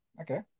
okay